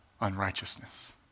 Unrighteousness